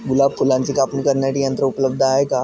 गुलाब फुलाची कापणी करण्यासाठी यंत्र उपलब्ध आहे का?